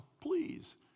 please